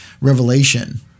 revelation –